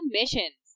missions